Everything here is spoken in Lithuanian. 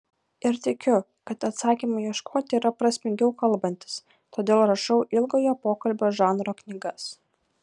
ir tikiu kad atsakymų ieškoti yra prasmingiau kalbantis todėl rašau ilgojo pokalbio žanro knygas